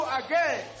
again